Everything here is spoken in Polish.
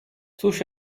cóż